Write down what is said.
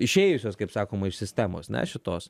išėjusios kaip sakoma iš sistemos ne šitos